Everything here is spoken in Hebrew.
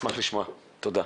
אשמח לשמוע, תודה.